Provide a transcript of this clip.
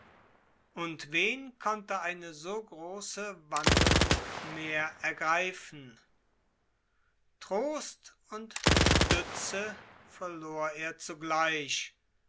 und wen konnte eine so große wandelung mehr ergreifen trost und stütze verlor er zugleich